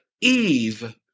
Eve